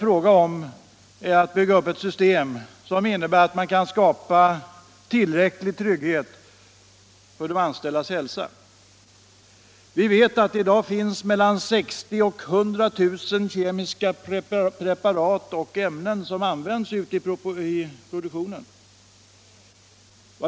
Vi måste bygga upp ett system som gör det möjligt att skapa tillräcklig trygghet för de anställdas hälsa. I dag används mellan 60 000 och 100 000 kemiska preparat och ämnen i produktionen.